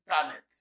internet